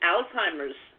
Alzheimer's